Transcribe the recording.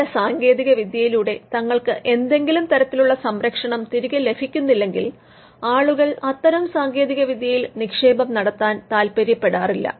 പുതിയ സാങ്കേതികവിദ്യയിലൂടെ തങ്ങൾക്ക് എന്തെങ്കിലും തരത്തിലുള്ള സംരക്ഷണം തിരികെ ലഭിക്കുന്നില്ലെങ്കിൽ ആളുകൾ അത്തരം സാങ്കേതിക വിദ്യയിൽ നിക്ഷേപം നടത്താൻ താല്പര്യപ്പെടാറില്ല